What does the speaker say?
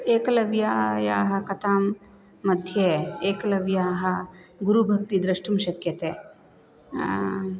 एकलव्यकथामध्ये एकलव्यस्य गुरुभक्तिः द्रष्टुं शक्यते